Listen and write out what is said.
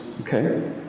Okay